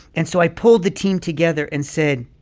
and so i pulled the team together and said,